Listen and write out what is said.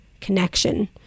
connection